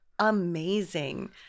Amazing